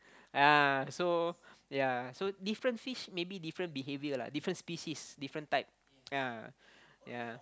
ah so ya so different fish maybe different behavior lah different species different type ah ya ya